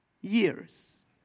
years